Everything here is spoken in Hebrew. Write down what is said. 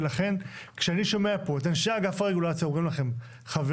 ולכן כשאני שומע פה את אנשי אגף הרגולציה אומרים לכם חברים,